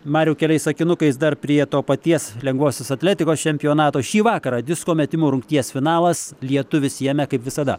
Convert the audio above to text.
mariau keliais sakinukais dar prie to paties lengvosios atletikos čempionato šį vakarą disko metimo rungties finalas lietuvis jame kaip visada